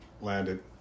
landed